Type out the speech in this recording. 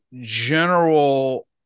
general